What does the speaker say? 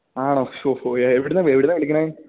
ആണോ ഹോ ഹോ എവിടുന്ന എവിടുന്ന വിളിക്കണേ